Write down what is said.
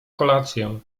kolację